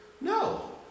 No